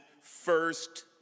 first